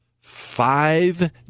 five